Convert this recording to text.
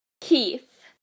Keith